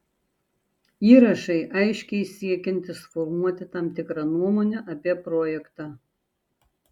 įrašai aiškiai siekiantys formuoti tam tikrą nuomonę apie projektą